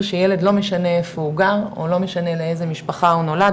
לא משנה איפה הוא גר ולא משנה לאיזו משפחה הוא נולד,